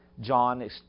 john